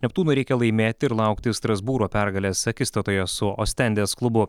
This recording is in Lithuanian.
neptūnui reikia laimėti ir laukti strasbūro pergalės akistatoje su ostendės klubu